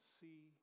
see